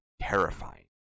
terrifying